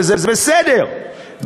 וזה בסדר,